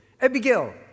Abigail